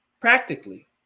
practically